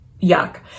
yuck